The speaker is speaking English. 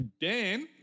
Dan